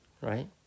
right